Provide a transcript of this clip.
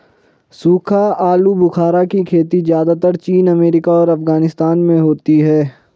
सूखा आलूबुखारा की खेती ज़्यादातर चीन अमेरिका और अफगानिस्तान में होती है